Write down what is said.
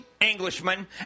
Englishman